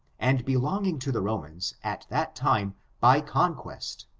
and belonging to the romans at that time by conquest,